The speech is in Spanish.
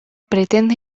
pretende